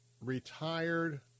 retired